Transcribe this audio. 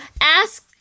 ask